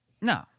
No